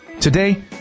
Today